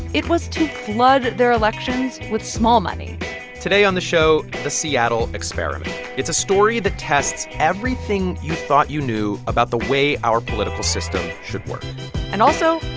it was to flood their elections with small money today on the show, the seattle experiment. it's a story that tests everything you you knew about the way our political system should work and also,